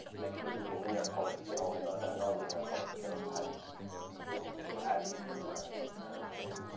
make sure there's a linear color scale and not a non-linear color scale to hide details or add details that are not there, right?